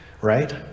right